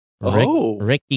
Ricky